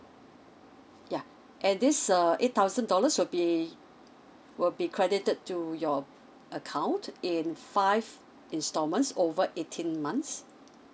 yeah and this err eight thousand dollars would be would be credited to your account in five installments over eighteen months